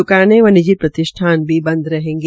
दुकाने व निजी प्रष्ठिान बंद रहेंगे